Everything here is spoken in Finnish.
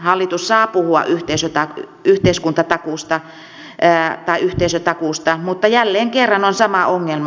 hallitus saa puhua yhteiskuntatakuusta tai yhteisötakuusta mutta jälleen kerran on sama ongelma